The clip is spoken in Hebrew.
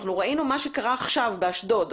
ראינו מה קרה עכשיו באשדוד,